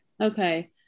okay